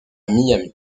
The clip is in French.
miami